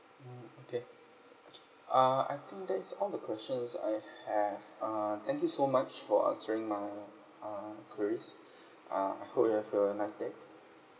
okay uh I think that's all the questions I have uh thank you so much for answering my uh queries uh hope you have a nice day